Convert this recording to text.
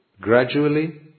gradually